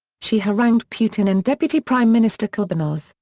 she harangued putin and deputy prime minister klebanov,